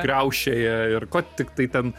kriaušėje ir ko tiktai ten